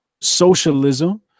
socialism